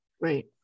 Right